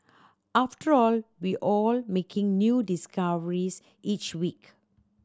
after all we all making new discoveries each week